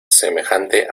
semejante